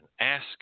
ask